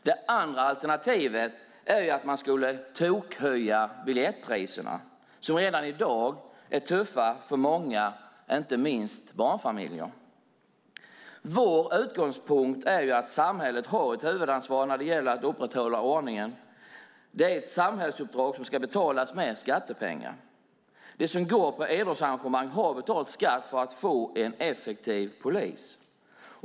Det andra alternativet är att man skulle tokhöja biljettpriserna, som redan i dag är tuffa för många, inte minst barnfamiljer. Vår utgångspunkt är att samhället har ett huvudansvar när det gäller att upprätthålla ordningen. Det är ett samhällsuppdrag som ska betalas med skattepengar. Vi som går på idrottsarrangemang har betalat skatt för att få en effektiv polis.